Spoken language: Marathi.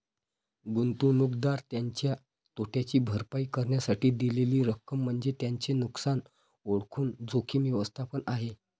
गुंतवणूकदार त्याच्या तोट्याची भरपाई करण्यासाठी दिलेली रक्कम म्हणजे त्याचे नुकसान ओळखून जोखीम व्यवस्थापन आहे